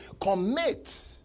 commit